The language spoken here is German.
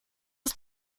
ist